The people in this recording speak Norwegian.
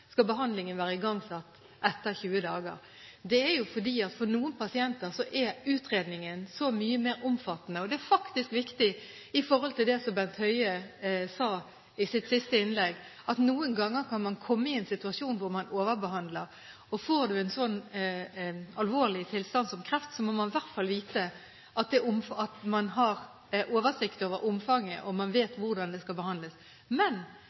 skal behandlingen være igangsatt etter 20 dager, det er fordi at for noen pasienter er utredningen så mye mer omfattende. Det er faktisk viktig sett i forhold til det Bent Høie sa i sitt siste innlegg, at noen ganger kan man komme i en situasjon hvor man overbehandler. Og får man en så alvorlig sykdom som kreft er, må man i hvert fall vite at man har oversikt over omfanget og vet hvordan det skal behandles. Men